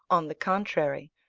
on the contrary,